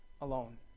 alone